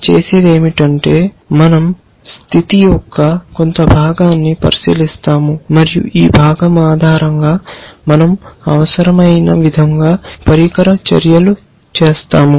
మనం చేసేది ఏమిటంటే మనంస్టేట్ యొక్క కొంత భాగాన్ని పరిశీలిస్తాము మరియు ఈ భాగం ఆధారంగా మనంఅవసరమైన విధంగా పరికర చర్యలను చేస్తాము